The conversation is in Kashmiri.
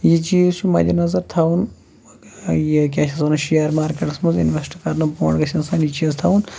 یہِ چیٖز چھُ مَدِنظر تھاوُن پگاہ یہِ کیٛاہ چھِ اَتھ وَنان شِیر مارکیٚٹَس منٛز اِنٛویسٹہٕ کَرنہٕ برٛونٛٹھ گژھِ اِنسان یہِ چیٖز تھاوُن